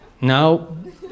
no